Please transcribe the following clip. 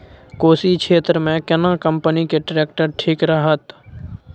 कोशी क्षेत्र मे केना कंपनी के ट्रैक्टर ठीक रहत?